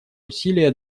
усилия